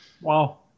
Wow